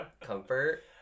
comfort